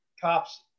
cops